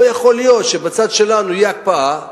לא יכול להיות שבצד שלנו תהיה הקפאה,